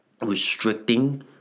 restricting